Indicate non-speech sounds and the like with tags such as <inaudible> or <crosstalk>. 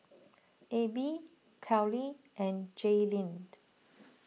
Abie Khalil and Jaylene <hesitation>